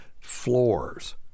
floors